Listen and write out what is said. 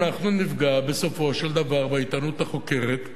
אנחנו נפגע בסופו של דבר בעיתונות החוקרת.